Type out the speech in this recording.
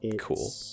Cool